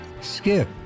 skip